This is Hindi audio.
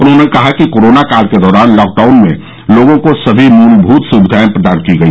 उन्हॉने कहा कि कोरोना काल के दौरान लॉकडाउन में लोगों को सभी मुलभुत सुविधाएं प्रदान की गई